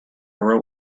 wrote